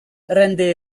rende